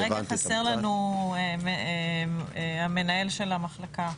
כרגע חסר לנו המנהל של המחלקה.